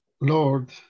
Lord